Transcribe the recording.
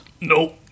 Nope